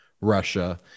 Russia